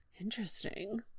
Interesting